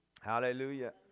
Hallelujah